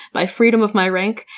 by freedom of my rank,